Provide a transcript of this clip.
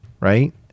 right